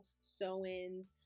sew-ins